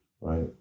right